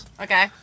Okay